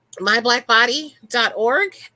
myblackbody.org